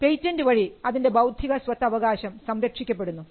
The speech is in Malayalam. പേറ്റൻറ് വഴി അതിൻറെ ബൌദ്ധികസ്വത്തവകാശം സംരക്ഷിക്കപ്പെടുന്നു